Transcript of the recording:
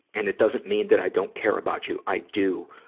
and it doesn't mean that i don't care about you i do.